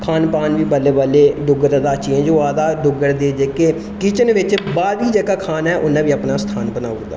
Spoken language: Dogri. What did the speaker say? खान पान बी बदला दा बल्लें बल्लें डोगरें दा चेंज होआ दा डोगरें दी किचन बिच बाहर दा जेह्का खाना उ'नें बी अपना स्थान बनाए दा